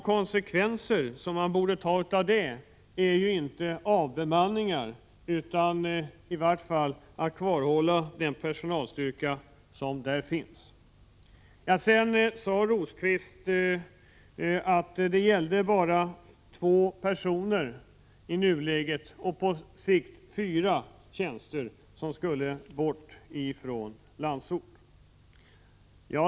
Konsekvensen av det borde inte bli att avbemanna Landsort och Svartklubben utan att åtminstone behålla den personalstyrka som för närvarande finns där. Birger Rosqvist sade vidare att det bara gällde i nuläget två och på sikt fyra tjänster som skulle bort från Landsort.